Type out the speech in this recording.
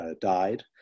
died